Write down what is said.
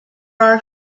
are